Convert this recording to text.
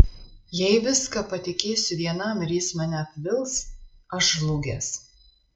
jei viską patikėsiu vienam ir jis mane apvils aš žlugęs